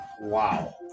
wow